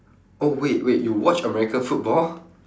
oh wait wait you watch american football